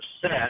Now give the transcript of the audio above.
set